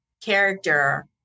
character